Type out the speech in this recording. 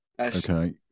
Okay